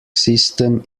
system